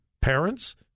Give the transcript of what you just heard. parents